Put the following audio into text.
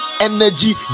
energy